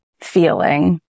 feeling